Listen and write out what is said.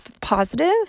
positive